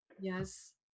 yes